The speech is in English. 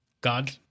God